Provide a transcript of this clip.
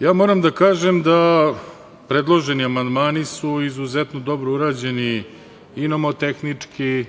ja moram da kažem da predloženi amandmani su izuzetno dobro urađeni, i nomotehnički